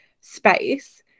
space